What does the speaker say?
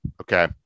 Okay